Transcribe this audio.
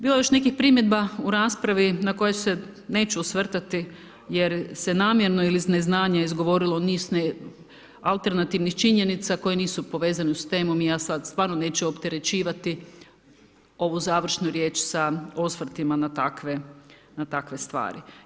Bilo je još nekih primjedba u raspravi na koje se neću osvrtati, jer se namjerno ili iz neznanja izgovorilo niz alternativnih činjenica koje nisu povezane s temom i ja sada stvarno neću opterećivati ovu završnu riječ sa osvrtima na takve stvari.